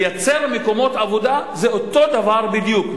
לייצר מקומות עבודה זה אותו דבר בדיוק.